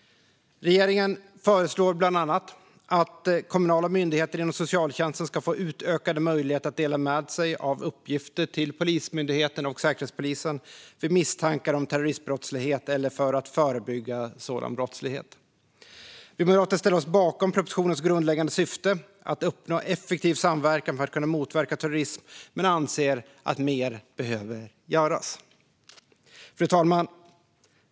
Regeringen föreslår bland annat att kommunala myndigheter inom socialtjänsten ska få utökade möjligheter att dela med sig av uppgifter till Polismyndigheten och Säkerhetspolisen vid misstankar om terroristbrottslighet eller för att förebygga sådan brottslighet. Vi moderater ställer oss bakom propositionens grundläggande syfte att uppnå effektiv samverkan för att kunna motverka terrorism men anser att mer behöver göras. Fru talman!